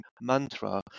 mantra